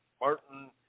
Martin